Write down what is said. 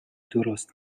درست